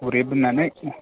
गरिब होननानै